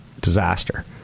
Disaster